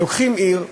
לוקחים עיר,